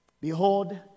Behold